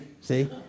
See